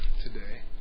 today